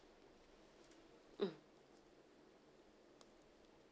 mm